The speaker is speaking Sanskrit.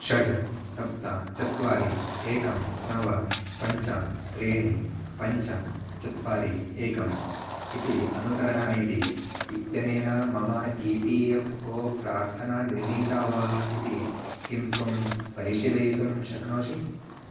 षट् सप्त चत्वारि एकं नव पञ्च त्रीणि पञ्च चत्वारि एकम् इति अनुसरण ऐ डी इत्यनेन मम ई पी एफ़् ओ प्रार्थना निर्णिता वा इति किं त्वं परिशीलयितुं शक्नोषि